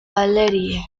valerie